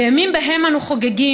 בימים שבהם אנו חוגגים,